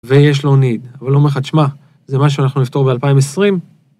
ויש לו ניד, אבל הוא לך תשמע, זה מה שאנחנו נפתור ב-2020.